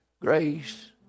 grace